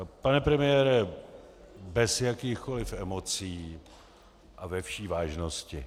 Pane premiére, bez jakýchkoli emocí a ve vší vážnosti.